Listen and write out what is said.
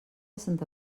santa